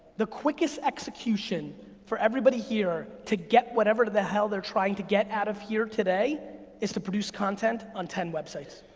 the quickest execution for everybody here to get whatever the hell they're trying to get out of here today is to produce content on ten websites.